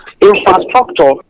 Infrastructure